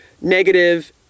negative